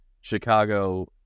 Chicago